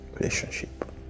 relationship